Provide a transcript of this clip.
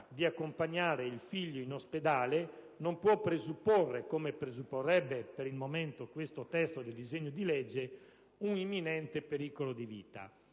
di accompagnare il figlio in ospedale non può presupporre, come presupporrebbe per il momento questo testo di disegno di legge, un imminente pericolo di vita.